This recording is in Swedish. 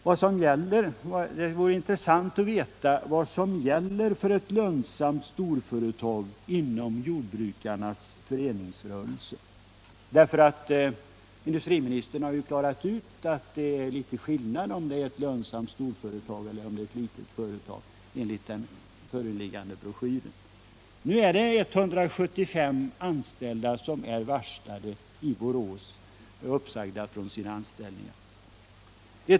Intressant vore också att veta vad som gäller för ett lönsamt storföretag inom jordbrukarnas föreningsrörelse. Industriministern har ju enligt den föreliggande broschyren sagt att det är litet skillnad, om det är ett lönsamt storföretag eller om det är ett litet företag. Nu har 175 personer blivit varslade om uppsägning från sina anställningar i Borås.